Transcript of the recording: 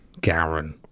Garen